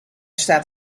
staat